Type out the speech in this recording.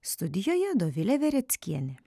studijoje dovilė vereckienė